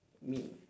me